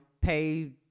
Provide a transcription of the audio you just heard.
pay